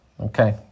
okay